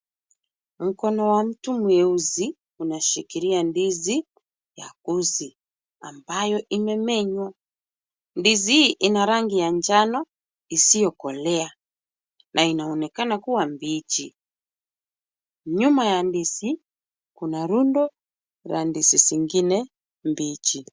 Mkono wa mtu mieusi, unashikilia ndizi ya gusii ambayo imemenywa. Ndizi hii ina rangi ya njano isiyokolea na inaonekana kuwa mbichi. Nyuma ya ndizi kuna rundo la ndizi zingine mbichi.